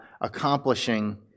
accomplishing